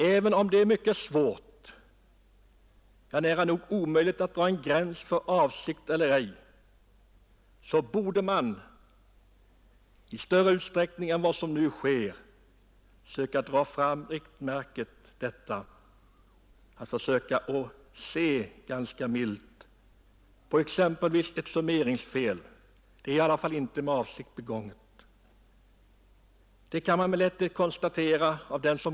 Även om det är mycket svårt, ja nära nog omöjligt, att dra en gräns för vad som är avsiktligt eller ej borde man i större utsträckning än vad som nu sker se milt på exempelvis ett summeringsfel. Det är i alla fall inte begånget med avsikt — den som granskar deklarationen kan lätt konstatera felet.